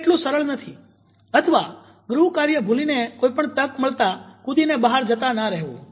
તે એટલું સરળ નથી અથવા ગૃહકાર્ય ભૂલીને કોઇપણ તક મળતા કુદીને બહાર જતા ના રહેવું